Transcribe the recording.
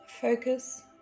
Focus